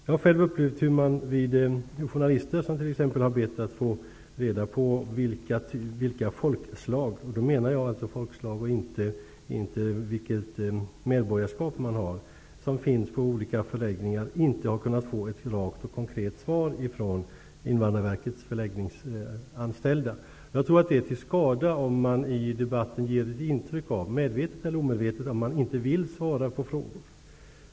Jag har själv upplevt att journalister som t.ex. har bett att få reda på vilka folkslag -- jag menar då folkslag och inte vilket medborgarskap man har -- som finns på olika förläggningar inte har kunnat få ett rakt och konkret svar från Invandrarverkets förläggningsanställda. Jag tror att det är till skada om man, medvetet eller omedvetet, i debatten ger intryck av att man inte vill svara på frågor.